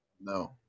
No